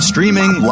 Streaming